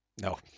No